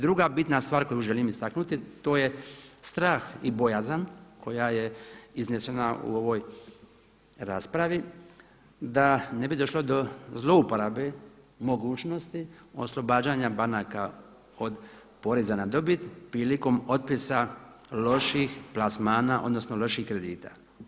Druga bitna stvar koju želim istaknuti to je strah i bojazan koja je iznesena u ovoj raspravi, da ne bi došlo do zlouporabe mogućnosti oslobađanja banaka od poreza na dobit prilikom otpisa loših plasmana, odnosno loših kredita.